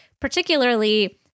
particularly